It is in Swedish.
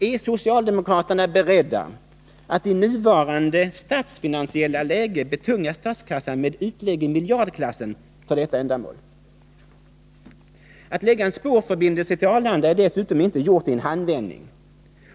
Är socialdemokraterna beredda att i nuvarande statsfinansiella läge betunga statskassan med utlägg i miljardklassen för detta ändamål? Att lägga en spårförbindelse till Arlanda är dessutom inte gjort i en handvändning.